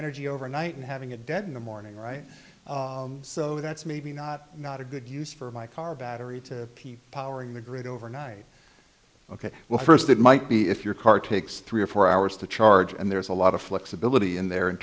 energy overnight and having a dent in the morning right so that's maybe not not a good use for my car battery to keep powering the grid over night ok well first it might be if your car takes three or four hours to charge and there's a lot of flexibility in there in